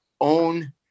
own